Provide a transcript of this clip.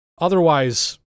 otherwise